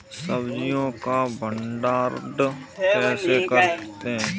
सब्जियों का भंडारण कैसे करें?